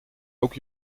ook